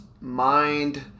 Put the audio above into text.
mind